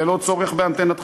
ללא צורך באנטנות חיצוניות.